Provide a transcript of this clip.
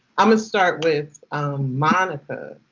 i'm-a start with monica.